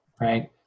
right